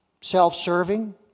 Self-serving